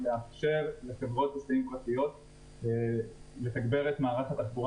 צריך לאפשר לחברות הפרטיות לתגבר את מערך התחבורה